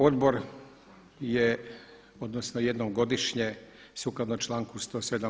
Odbor je, odnosno jednom godišnje sukladno članku 107.